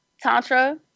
Tantra